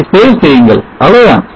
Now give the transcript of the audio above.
இதை Save செய்யுங்கள் அவ்வளவுதான்